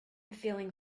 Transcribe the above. feeling